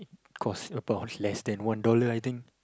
cost about less than one dollar I think